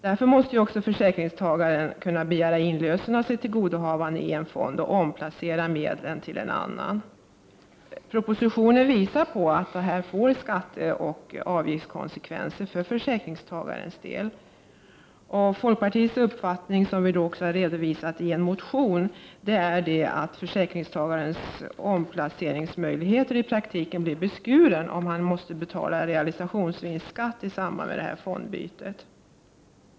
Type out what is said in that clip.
Därför måste också försäkringstagaren kunna begära inlösen av sitt tillgodohavande i en fond och omplacera medlen till en annan. Propositionen visar på att detta får skatteoch avgiftskonsekvenser för försäkringstagarens del. Folkpartiets uppfattning, som vi har redovisat i en motion, är att försäkringstagarens omplaceringsmöjligheter i praktiken blir beskurna, om han måste betala realisationsvinstskatt i samband med fondbytet.